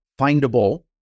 findable